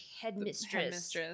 headmistress